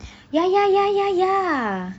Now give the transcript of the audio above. ya ya ya ya ya